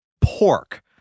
pork